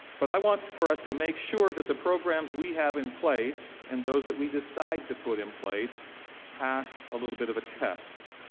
but i want for us to make sure that the programs we have in place and those that we decide to put in place pass a little bit of a test.